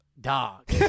Dog